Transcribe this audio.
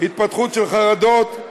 של חרדות,